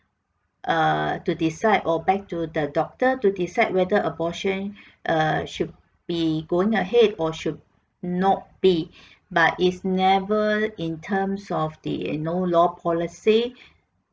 err to decide or back to the doctor to decide whether abortion err should be going ahead or should not be but is never in terms of the you know law policy